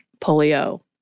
Polio